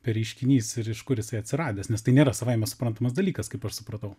per reiškinys ir iš kur jisai atsiradęs nes tai nėra savaime suprantamas dalykas kaip aš supratau